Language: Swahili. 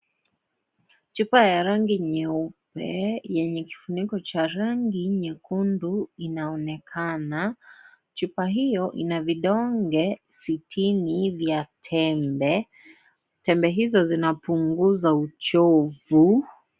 Chupa ya rangi nyeupe yenye kifuniko cha rangi nyekundu inaonekana, chupa hiyo ina vidonge sitini vya tembe, tembe hizo zinapunguza uchovu.